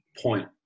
point